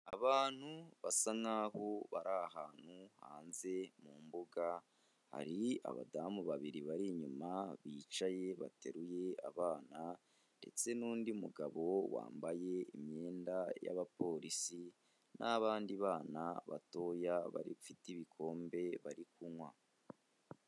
Abantu basa nk'aho bari ahantu hanze mu mbuga hari abadamu babiri bari inyuma bicaye bateruye abana ndetse n'undi mugabo wambaye imyenda y'abapolisi n'abandi bana batoya bafite ibikombe bari kunywa.